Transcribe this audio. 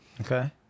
Okay